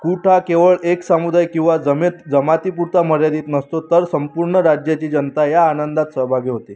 कुट हा केवळ एक समुदाय किंवा जमेत जमातीपुरता मर्यादित नसतो तर संपूर्ण राज्याची जनता या आनंदात सहभागी होते